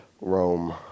Rome